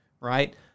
Right